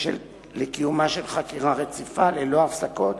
לקיומה של חקירה רציפה ללא הפסקות